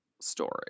story